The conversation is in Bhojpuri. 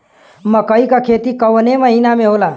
मकई क खेती कवने महीना में होला?